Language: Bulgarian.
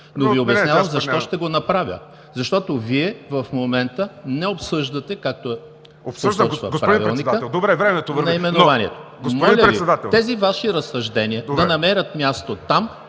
но Ви обяснявам защо ще го направя – Вие в момента не обсъждате, както посочва Правилникът, наименованието. Моля Ви тези Ваши разсъждения да намерят място там,